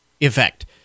effect